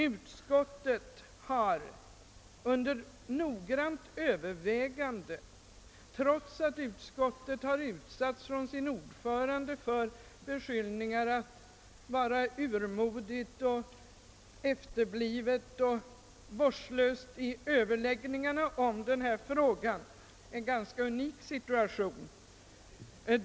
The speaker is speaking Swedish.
Utskottet har efter noggrant övervägande, trots att utskottet från sin ordförande utsatts för beskyllningar att vara urmodigt, efterblivet och vårdslöst i överläggningarna i denna fråga — en ganska unik situation!